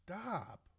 stop